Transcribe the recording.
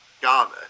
Garner